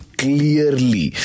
clearly